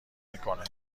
میکنه